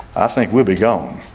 i think we'll be going